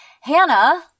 Hannah